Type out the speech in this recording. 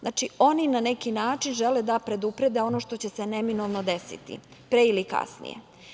Oni, na neki način, žele da preduprede ono što će se neminovno desiti pre ili kasnije.